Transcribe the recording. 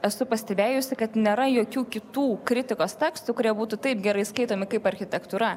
esu pastebėjusi kad nėra jokių kitų kritikos tekstų kurie būtų taip gerai skaitomi kaip architektūra